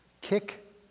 kick